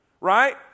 right